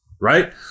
right